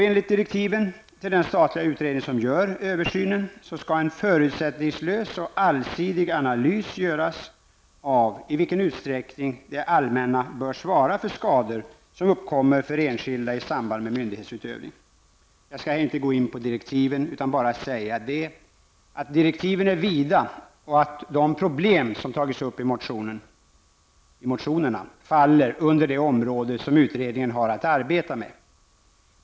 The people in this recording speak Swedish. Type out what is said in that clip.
Enligt direktiven till den statliga utredning som gör översynen skall en förutsättningslös och allsidig analys göras av i vilken utsträckning det allmänna bör svara för skador som uppkommer för enskilda i samband med myndighetsutövning. Jag skall här inte gå in på direktiven utan bara säga att direktiven är vida och att de problem som tagits upp i motionerna faller under det område som utredningen har att arbeta med.